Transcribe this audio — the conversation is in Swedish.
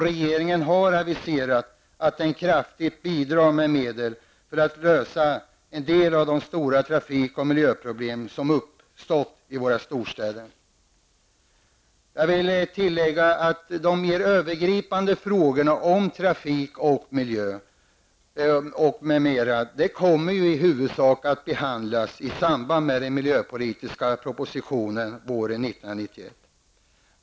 Regeringen har aviserat att den kraftigt bidrar med medel för att lösa en del av de stora trafik och miljöproblem som har uppstått i våra storstäder. Jag vill tillägga att de mer övergripande frågorna om trafik och miljö m.m. i huvudsak kommer att behandlas i samband med den miljöpolitiska propositionen våren 1991.